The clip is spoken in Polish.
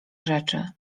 rzeczy